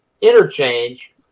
interchange